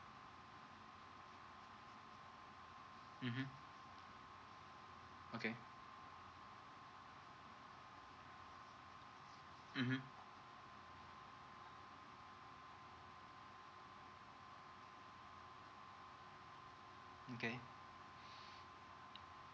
mmhmm okay mmhmm okay